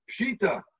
Pshita